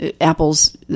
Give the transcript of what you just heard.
apples